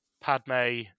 Padme